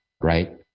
right